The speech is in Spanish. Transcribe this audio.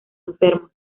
enfermos